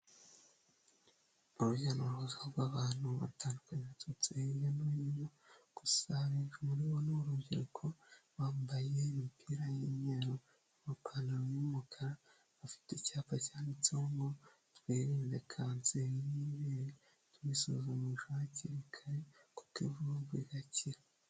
Urujya n'uruza rw'abantu batandukanye baturutse hirya no hino gusa abenshi muri bo ni urubyiruko, bambaye imipira y'imyeru n'amapantaro y'umukara, bafite icyapa cyanditseho ngo twirinde kanseri y'ibere, tuyisuzumishe hakiri kare, kuko ivurwa igakira.